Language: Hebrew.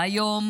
היום